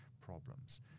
problems